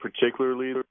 particularly